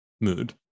mood